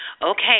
Okay